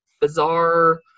bizarre